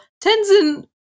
Tenzin